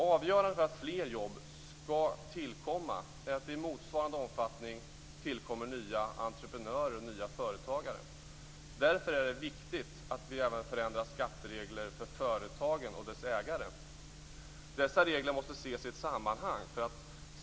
Avgörande för att fler jobb skall tillkomma är att det i motsvarande omfattning tillkommer nya entreprenörer och nya företagare. Därför är det viktigt att vi även förändrar skatteregler för företagen och deras ägare. Dessa regler måste ses i ett sammanhang.